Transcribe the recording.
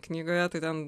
knygoje tai ten